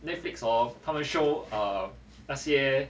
netflix hor 他们 show err 那些